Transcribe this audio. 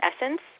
essence